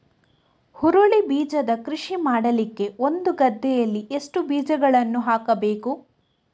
ಹುರುಳಿ ಬೀಜದ ಕೃಷಿ ಮಾಡಲಿಕ್ಕೆ ಒಂದು ಗದ್ದೆಯಲ್ಲಿ ಎಷ್ಟು ಬೀಜಗಳನ್ನು ಹಾಕಬೇಕು?